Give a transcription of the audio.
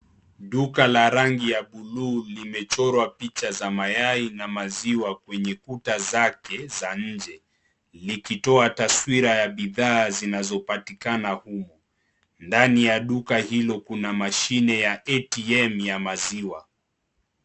Duka la rangi ya buluu, limechorwa picha za mayai na maziwa kwenye kuta zake za nje. Likitoa taswira ya bidhaa zinazopatikana humo. Ndani ya duka hilo kuna mashine ya ATM ya maziwa.